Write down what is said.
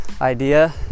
idea